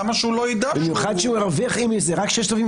למה שהוא לא ידע -- במיוחד שהוא מרוויח מזה ------ זה